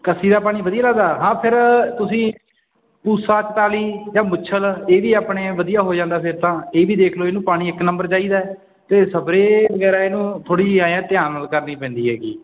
ਕੱਸੀ ਦਾ ਪਾਣੀ ਵਧੀਆ ਲੱਗਦਾ ਹਾਂ ਫਿਰ ਤੁਸੀਂ ਪੂਸਾ ਇੱਕਤਾਲ਼ੀ ਜਾਂ ਮੁੱਛਲ ਇਹ ਵੀ ਆਪਣੇ ਵਧੀਆ ਹੋ ਜਾਂਦਾ ਫਿਰ ਤਾਂ ਇਹ ਵੀ ਦੇਖ ਲਓ ਇਹਨੂੰ ਪਾਣੀ ਇੱਕ ਨੰਬਰ ਚਾਹੀਦਾ ਅਤੇ ਸਪਰੇ ਵਗੈਰਾ ਇਹਨੂੰ ਥੋੜ੍ਹੀ ਜਿਹੀ ਐਂ ਆ ਧਿਆਨ ਨਾਲ ਕਰਨੀ ਪੈਂਦੀ ਹੈਗੀ